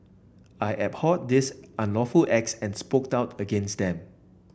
I abhorred these unlawful acts and spoke doubt against them